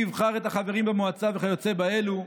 מי יבחר את החברים במועצה וכיוצא באלה,